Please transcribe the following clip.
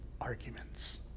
arguments